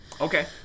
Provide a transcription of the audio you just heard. Okay